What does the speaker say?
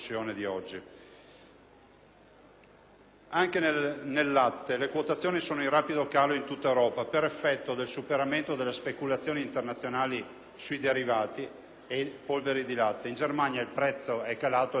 Anche nel latte le quotazioni sono in rapido calo in tutta Europa per effetto del superamento delle speculazioni internazionali sui derivati e polveri di latte (in Germania il prezzo è calato a 30 centesimi il litro).